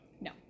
No